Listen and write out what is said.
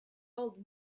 old